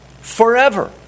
Forever